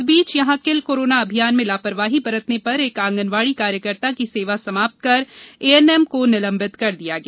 इस बीच यहां किल कोरोना अभियान में लापरवाही बरतने पर एक आंगनवाड़ी कार्यकर्ता की सेवा समाप्त कर एनएनएम को निलंबित कर दिया गया